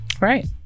right